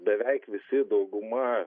beveik visi dauguma